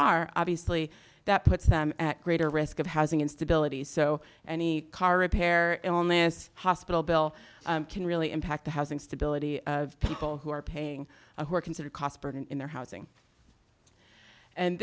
are obviously that puts them at greater risk of housing instability so any car repair illness hospital bill can really impact the housing stability of people who are paying a who are considered cost burden in their housing and